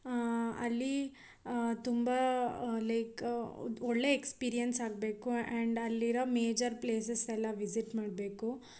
ಅಲ್ಲಿ ತುಂಬ ಲೈಕ್ ಒಳ್ಳೆಯ ಎಕ್ಸ್ಪೀರಿಯೆನ್ಸ್ ಆಗಬೇಕು ಆ್ಯಂಡ್ ಅಲ್ಲಿರೋ ಮೇಜರ್ ಪ್ಲೇಸಸ್ ಎಲ್ಲ ವಿಸಿಟ್ ಮಾಡಬೇಕು